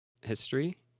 history